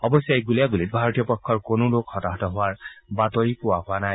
অৱশ্যে এই গুলিয়াগুলী ভাৰতীয় পক্ষৰ কোনো লোক হতাহত হোৱাৰ বাতৰি হোৱা নাই